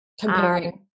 comparing